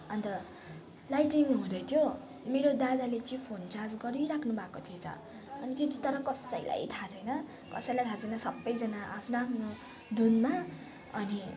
अन्त लाइटनिङ हुँदैथ्यो मेरो दादाले चाहिँ फोन चार्ज गरिराख्नु भएको थिएछ अनि त्यो चाहिँ तर कसैलाई थाहा छैन कसैलाई थाहा छैन सबैजना आफ्नो आफ्नो धुनमा अनि